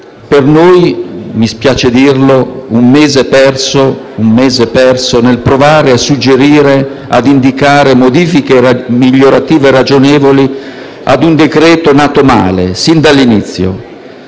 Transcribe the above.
per noi - mi spiace dirlo - è stato un mese perso nel provare a suggerire e a indicare modifiche migliorative e ragionevoli ad un decreto-legge nato male, sin dall'inizio.